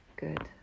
Good